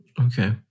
okay